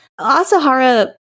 Asahara